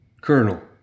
Colonel